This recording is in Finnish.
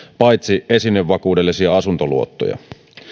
paitsi esinevakuudellisia asuntoluottoja